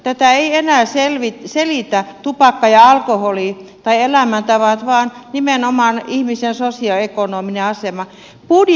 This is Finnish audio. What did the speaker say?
tätä ei enää selitä tupakka ja alkoholi tai elämäntavat vaan nimenomaan ihmisen sosioekonominen asema